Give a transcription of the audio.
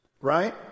Right